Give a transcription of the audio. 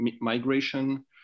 migration